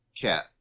cat